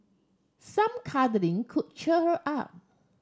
some cuddling could cheer her up